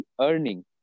earning